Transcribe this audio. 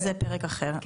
זה פרק אחר,